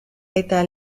eta